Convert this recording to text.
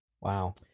Wow